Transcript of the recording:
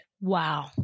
Wow